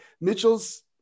Mitchell's